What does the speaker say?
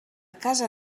casa